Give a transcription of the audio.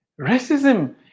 racism